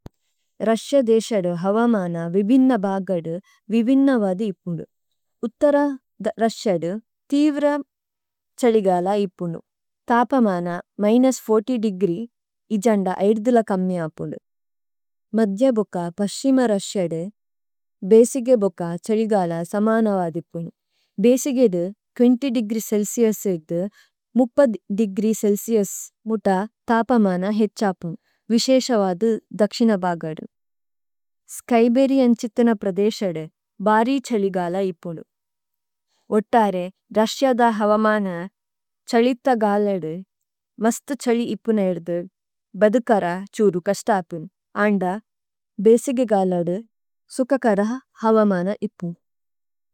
Russia ദേശദു ഹവമന വിബിന്ന ബാഗ്ഗദു വിബിന്ന വധി ഇപുനു। ഉത്തര രുസ്സിഅദു തീവ്ര ഛലിഗല ഇപുനു। തപമന മിനുസ് ഫോര്ത്യ് ദേഗ്രീ ഇജന്ദ ഐര്ദുല കമ്മി അപുനു। മദ്ദ്യ ബോക പസ്ഛിമ രുസ്സിഅദു ബേസിഗേ ബോക ഛലിഗല സമന വധി ഇപുനു। ഭേസിഗേ ദു ത്വേന്ത്യ് ദേഗ്രീ ചേല്സിഉസ് ഇദു, മുപ്പദ് ദേഗ്രീ ചേല്സിഉസ് മുത തപമന ഹേത്ഛ അപുനു। വിസേശവദു ദക്ശിന ബാഗ്ഗദു। സ്ക്യ്ബേരിഅന് ഛിഥ്ന പ്രദേശദു ബാരി ഛലിഗല ഇപുനു। ഉത്തരേ രുസ്സിഅദ ഹവമന ഛലിത ഗാലദു മസ്തു ഛലി ഇപുനു ഇദു ബധുകര ഛുരു കസ്തപിന്। അന്ദ ബേസിഗേ ഗാലദു സുകകര ഹവമന ഇപുനു।